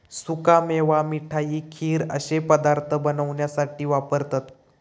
सुका मेवा मिठाई, खीर अश्ये पदार्थ बनवण्यासाठी वापरतत